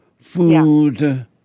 food